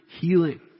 healing